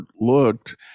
looked